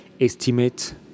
estimate